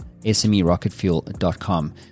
smerocketfuel.com